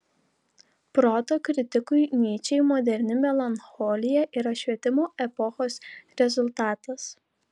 proto kritikui nyčei moderni melancholija yra švietimo epochos rezultatas